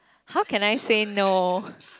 how can I say no